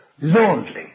lonely